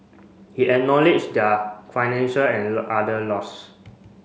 he acknowledged their financial and other loss